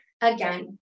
again